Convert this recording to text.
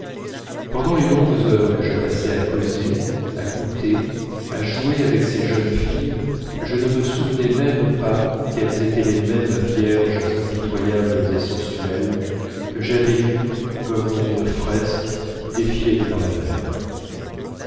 pendant les longues heures que je passais à causer à goûter à jouer avec ces jeunes filles je ne me souvenais même pas qu'elles étaient les mêmes vierges impitoyables et sensuelles que j'avais vues comme dans une fresque défiler devant la mer